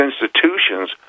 institutions